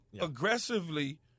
aggressively